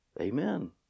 Amen